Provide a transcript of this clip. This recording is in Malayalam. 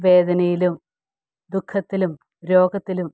വേദനയിലും ദു ഖത്തിലും രോഗത്തിലും